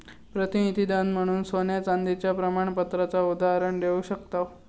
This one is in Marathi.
प्रतिनिधी धन म्हणून सोन्या चांदीच्या प्रमाणपत्राचा उदाहरण देव शकताव